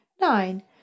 nine